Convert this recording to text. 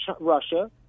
Russia